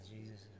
Jesus